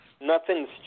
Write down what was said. nothing's